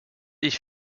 ich